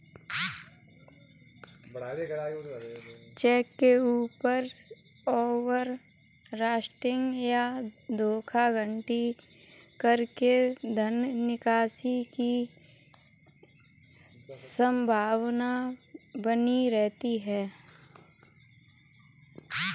check के ऊपर over writing या धोखाधड़ी करके धन निकासी की संभावना बनी रहती है